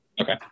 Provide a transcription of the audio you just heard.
Okay